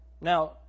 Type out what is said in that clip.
Now